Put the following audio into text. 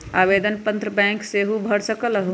आवेदन पत्र बैंक सेहु भर सकलु ह?